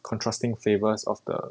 contrasting flavours of the